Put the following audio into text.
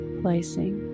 placing